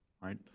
right